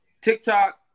TikTok